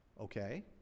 Okay